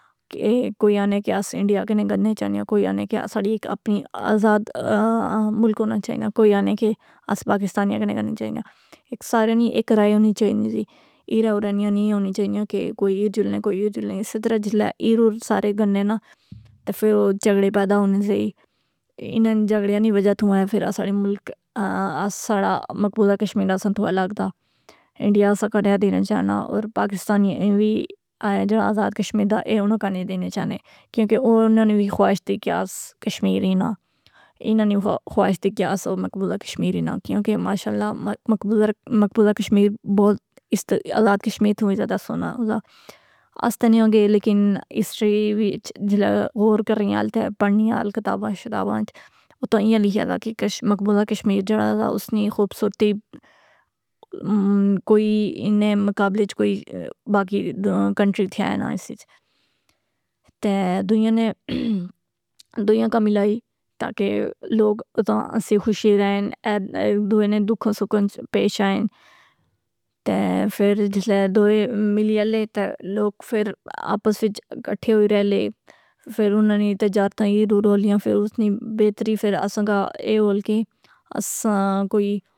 کہ کوئی آنے کہ اس انڈیا کنے گنے چاہینیاں، کوئی آنے کہ اساڑی ایک اپنی آزاد ملک ہونا چائینا، کوئی آنے کے اس پاکستانیہ گنے گنے چائینا، سارے ایک رائے ہونی چائینی زی، ایرا اورانیاں نہیں ہونی چائینیاں کہ کوئی ایرجلنے کوئی ایر جلنے، اسے طرح جسلے ایراور سارے گنے نہ، تہ فر او جھگڑے پیدا ہونے سے ہلای، انان جھگڑیاں نی وجہ تھوں اے فر آساڑے ملک، آساڑا مقبوضہ کشمیر اساں تھوں الگ دا، انڈیا سا کا نۓ دینہ چاہناں، اور پاکستانی ایوی آیا جیڑا آزاد کشمیر دا اے اوناں کا نی دینے چاہنے، کیونکہ او اناں نی وی خواہش دی کہ اس کشمیر ہینہ، اناں نی وی خواہش دی کہ اس او مقبوضہ کشمیر ہینہ، کیونکہ ماشاءاللہ مقبوضہ کشمیر بہت آزاد کشمیر تھوں وی زیادہ سوہنہ دا، اس تہ نیاں گۓ لیکن ہسٹری وچ جلہ غور کری ال تہ پڑھنی ال کتاباں شتاباں اچ، اتھاں ائیاں لکھیا دا کہ مقبوضہ کشمیر جیڑا دا اس نی خوبصورتی کوئی انیں مقابلے اچ کوئی باقی کنٹریی تھیا نہ اسی اچ، تہ دنیا نے دویاں کا ملائی تاکہ لوگ اتھاں ہسی خوشی رہین، دنیا نے دکھاں سکھاں اچ پیش آئین، تہ فر جسلے دوۓ ملی الے تہ لوگ فر آپس اچ گٹھے ہوئ رہ لے، فر اناں نی تجارتاں ای رو رولیاں فراس نی بہتری فر آساں کا، اے والکے اسناں کوئی۔